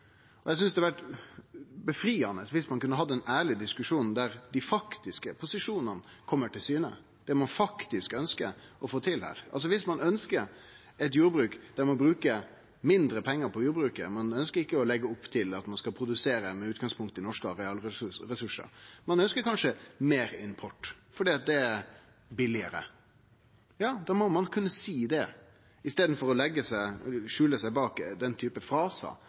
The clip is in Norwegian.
realitetane. Eg hadde syntest det var fint om vi kunne hatt ein ærleg diskusjon der dei faktiske posisjonane kom til syne, kva ein faktisk ønskjer å få til. Viss ein ønskjer å bruke mindre pengar på jordbruket, og ikkje ønskjer å leggje opp til å produsere med utgangspunkt i norske arealressursar, men kanskje ønskjer meir import fordi det er billigare, ja, da må ein kunne seie det i staden for å skjule seg bak den typen frasar